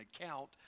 account